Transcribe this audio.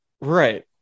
right